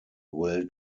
will